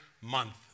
month